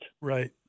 Right